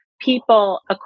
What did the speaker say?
people